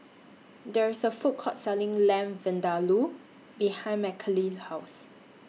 There IS A Food Court Selling Lamb Vindaloo behind Mckinley's House